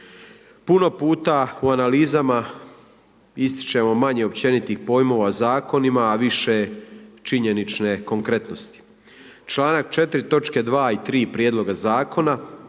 Puno puta u analizama ističemo manje općenitih pojmova zakonima, a više činjenične konkretnosti. Članak 4. točke 2. i 3. Prijedloga zakona,